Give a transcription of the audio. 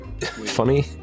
funny